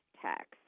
tax